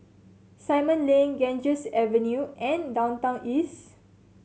Simon Lane Ganges Avenue and Downtown East